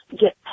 get